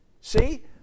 See